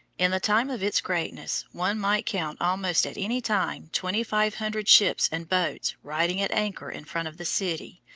in the time of its greatness one might count almost at any time twenty-five hundred ships and boats riding at anchor in front of the city,